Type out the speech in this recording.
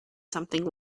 something